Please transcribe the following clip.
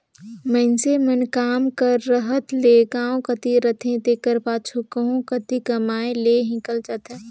मइनसे मन काम कर रहत ले गाँव कती रहथें तेकर पाछू कहों कती कमाए लें हिंकेल जाथें